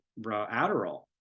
Adderall